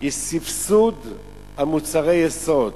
יש סבסוד של מוצרי יסוד.